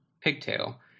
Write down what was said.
Pigtail